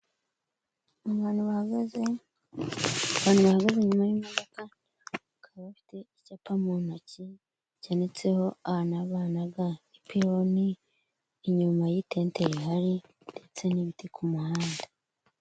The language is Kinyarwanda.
Abantu bahagaze inyuma y'imodoka bakaba bafite icyapa mu ntoki cyanitseho a na ba na ga, ipironi inyuma y'itente ri hari ndetse n'ibiti ku muhanda.